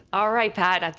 all right, pat.